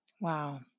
Wow